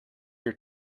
your